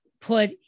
put